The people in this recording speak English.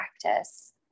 practice